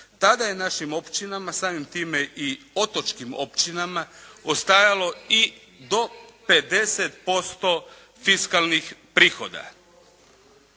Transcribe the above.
Tada je našim općinama, samim time i otočkim općinama ostajalo i do 50% fiskalnih prihoda.